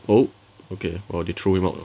oh okay !wah! they throw him out